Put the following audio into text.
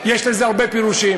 יש לזה הרבה פירושים.